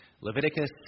Leviticus